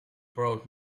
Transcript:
brought